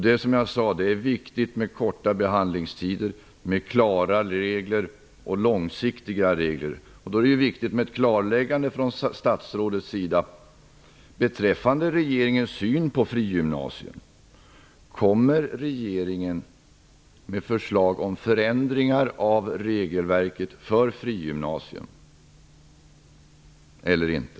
Det är som jag sade viktigt med korta behandlingstider, med klara och långsiktiga regler. Därför är det viktigt med ett klarläggande från statsrådets sida beträffande regeringens syn på frigymnasier. Kommer regeringen med förslag om förändringar av regelverket för frigymnasium eller inte?